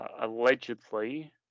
allegedly